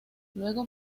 luego